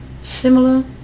similar